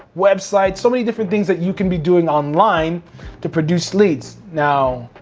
websites, so many different things that you can be doing online to produce leads. now,